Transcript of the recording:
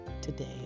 today